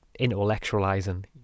intellectualizing